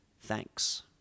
Thanks